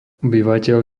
obyvateľ